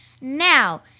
Now